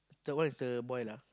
third one is the boy lah